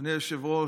אדוני היושב-ראש,